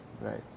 right